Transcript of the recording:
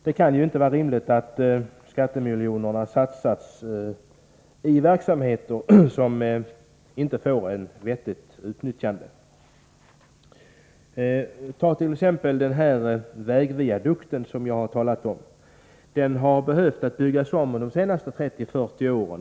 Det kan ju inte vara rimligt att skattemiljoner satsats i verksamheter där de inte får ett vettigt utnyttjande. Viadukten som jag har tagit upp i min fråga har behövt byggas om under de senaste 30-40 åren.